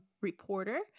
reporter